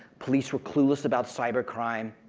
police were clueless about cybercrime.